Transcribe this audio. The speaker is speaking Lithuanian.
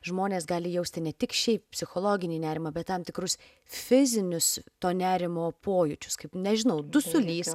žmonės gali jausti ne tik šiaip psichologinį nerimą bet tam tikrus fizinius to nerimo pojūčius kaip nežinau dusulys